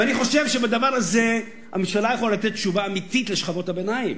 ואני חושב שבדבר הזה הממשלה יכולה לתת תשובה אמיתית לשכבות הביניים,